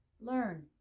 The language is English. learn